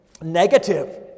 negative